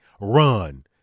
run